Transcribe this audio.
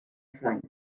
ffrainc